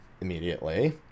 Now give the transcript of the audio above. immediately